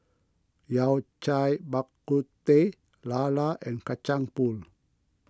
Yao Cai Bak Kut Teh Lala and Kacang Pool